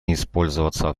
использоваться